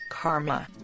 karma